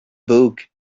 book